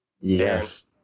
Yes